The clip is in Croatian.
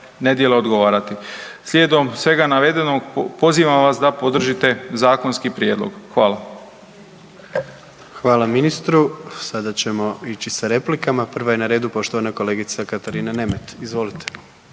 nedjela odgovarati. Slijedom svega navedenog pozivam vas da podržite zakonski prijedlog. Hvala. **Jandroković, Gordan (HDZ)** Hvala ministru. Sada ćemo ići sa replikama, prva je na redu kolegica Katarina Nemet. Izvolite.